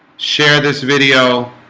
share this video